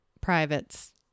privates